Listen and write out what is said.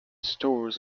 stores